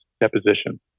deposition